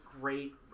great